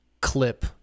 clip